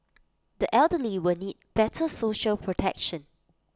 the elderly will need better social protection